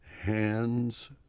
hands